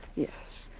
yes.